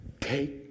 Take